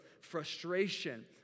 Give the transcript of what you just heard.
frustration